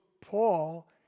Paul